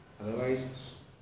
otherwise